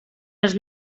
els